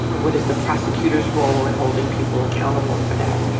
what is the prosecutor's role in holding people accountable for that?